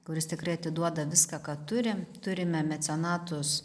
kuris tikrai atiduoda viską ką turi turime mecenatus